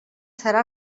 serà